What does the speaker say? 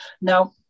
Now